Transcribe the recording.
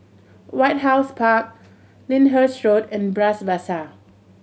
White House Park Lyndhurst Road and Bras Basah